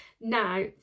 Now